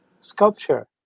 Sculpture